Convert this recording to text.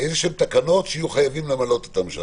תקנות שיהיו חייבים למלא אותן שם.